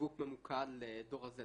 שיווק ממוקד לדור ה-z.